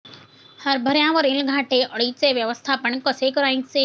हरभऱ्यावरील घाटे अळीचे व्यवस्थापन कसे करायचे?